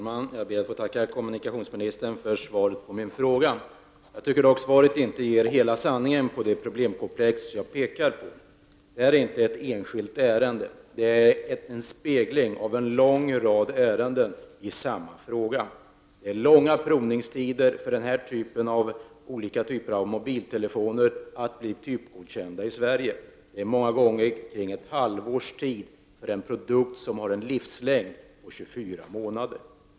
Herr talman! Jag tackar kommunikationsministern för svaret på min fråga. Jag tycker inte att svaret ger hela sanningen kring hela det problemkomplex som jag har pekat på. Detta handlar inte om ett enskilt ärende. Min fråga är en spegling av en lång rad ärenden av samma typ. Det gäller de långa provningstiderna för olika typer av mobiltelefoner innan de blir typgodkända i Sverige. Många gånger tar det nämligen ett halvår att få en produkt som har en livslängd på 24 månader godkänd.